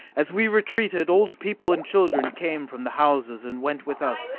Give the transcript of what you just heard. as we retreated, old people and children came from the houses and went with us,